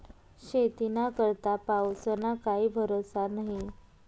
शेतीना करता पाऊसना काई भरोसा न्हई